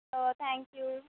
oh thank you